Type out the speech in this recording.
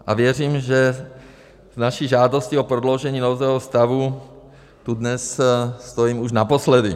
A věřím, že s naší žádostí o prodloužení nouzového stavu tu dnes stojím už naposledy.